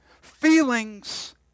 Feelings